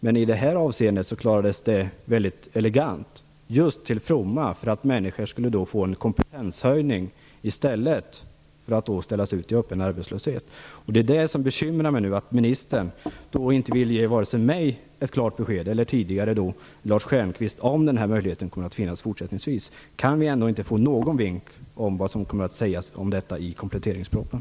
Men i det här avseendet klarades det mycket elegant, just till fromma för människors kompetenshöjning i stället för att ställa ut dem i öppen arbetslöshet. Det är det som bekymrar mig nu, att ministern inte vill ge vare sig mig eller Lars Stjernkvist ett klart besked om den här möjligheten kommer att finnas fortsättningsvis. Kan vi inte få någon vink om vad som kommer att sägas om detta i kompletteringspropositionen?